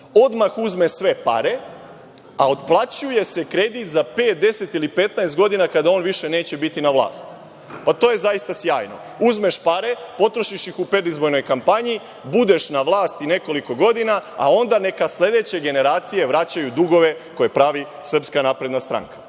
Odmah uzme sve pare, a otplaćuje se kredit za pet, 10 ili 15 godina, kada on više neće biti na vlasti. Pa, to je zaista sjajno. Uzmeš pare, potrošiš ih u predizbornoj kampanji, budeš na vlasti nekoliko godina, a onda neka sledeće generacije vraćaju dugove koji pravi SNS.A za šta